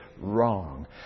Wrong